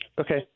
Okay